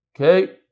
Okay